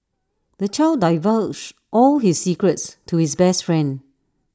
the child divulged all his secrets to his best friend